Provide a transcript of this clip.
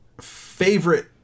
favorite